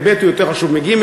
וב' הוא יותר חשוב מג',